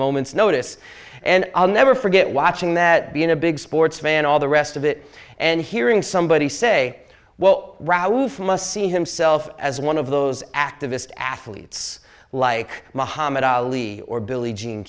moment's notice and i'll never forget watching that being a big sports fan all the rest of it and hearing somebody say well raouf must see himself as one of those activist athletes like muhammad ali or billie jean